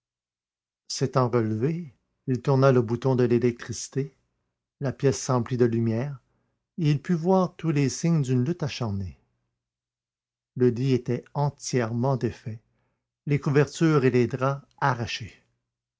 s'étant relevé il tourna le bouton de l'électricité la pièce s'emplit de lumière et il put voir tous les signes d'une lutte acharnée le lit était entièrement défait les couvertures et les draps arrachés